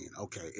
Okay